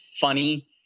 funny